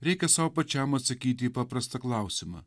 reikia sau pačiam atsakyti į paprastą klausimą